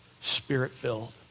spirit-filled